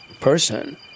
person